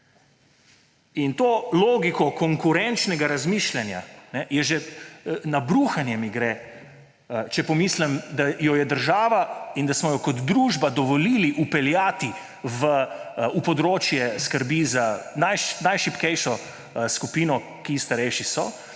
Ta logika konkurenčnega razmišljanja je že … Na bruhanje mi gre, če pomislim, da jo je država in da smo jo kot družba dovolili vpeljati v področje skrbi za najšibkejšo skupino, ki starejši so.